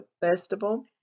Festival